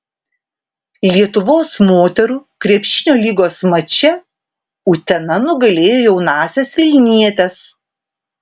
lietuvos moterų krepšinio lygos mače utena nugalėjo jaunąsias vilnietes